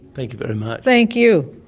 thank you very much. thank you.